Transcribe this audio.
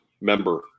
member